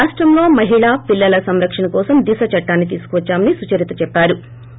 రాష్షంలో మహిళా పిల్లల సంరక్షణ కోసం దిశ చట్టాన్నీ తీసుకువచ్చామని సుచరిత చెవ్చారు